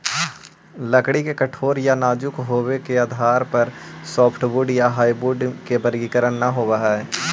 लकड़ी के कठोर या नाजुक होबे के आधार पर सॉफ्टवुड या हार्डवुड के वर्गीकरण न होवऽ हई